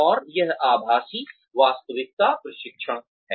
और यह आभासी वास्तविकता प्रशिक्षण है